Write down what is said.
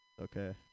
okay